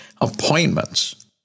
appointments